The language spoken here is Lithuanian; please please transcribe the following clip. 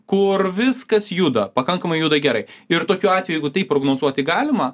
kur viskas juda pakankamai juda gerai ir tokiu atveju tai prognozuoti galima